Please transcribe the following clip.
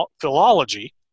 philology